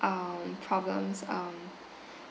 um problems um